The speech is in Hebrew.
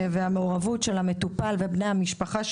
והמעורבות של המטופל ושל בני משפחתו